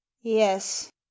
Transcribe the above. Yes